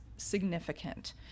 significant